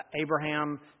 Abraham